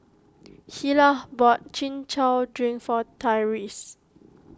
Hilah bought Chin Chow Drink for Tyrese